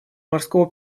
морского